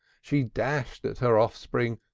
she dashed at her offspring,